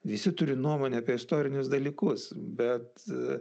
visi turi nuomonę apie istorinius dalykus bet